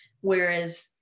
Whereas